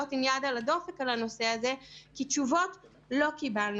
להיות עם יד על הדופק בנושא הזה כי תשובות לא קיבלנו.